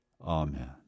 Amen